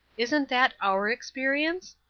isn't that our experience?